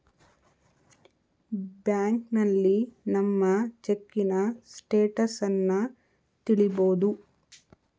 ಬ್ಯಾಂಕ್ನಲ್ಲಿ ನಮ್ಮ ಚೆಕ್ಕಿನ ಸ್ಟೇಟಸನ್ನ ತಿಳಿಬೋದು